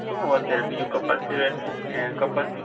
શું અત્યારે બીજું કપાસ સિવાય હેં કપાસ